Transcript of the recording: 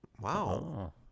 Wow